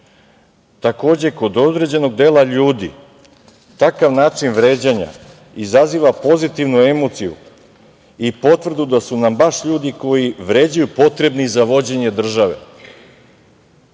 Takođe, kod određenog dela ljudi takav način vređanja izaziva pozitivnu emociju i potvrdu da su nam baš ljudi koji vređaju potrebni za vođenje države“.